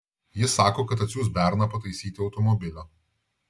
jis sako kad atsiųs berną pataisyti automobilio